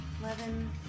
Eleven